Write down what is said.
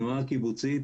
התנועה הקיבוצית,